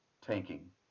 tanking